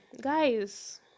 guys